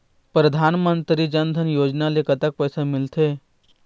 परधानमंतरी जन धन योजना ले कतक पैसा मिल थे?